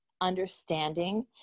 understanding